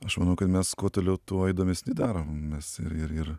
aš manau kad mes kuo toliau tuo įdomesni daromės ir ir ir